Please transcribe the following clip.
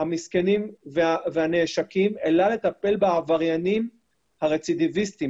המסכנים והנעשקים אלא לטפל בעבריינים הרצידיביסטים,